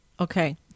Okay